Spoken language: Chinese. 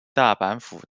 大阪府